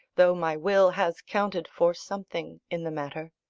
though my will has counted for something in the matter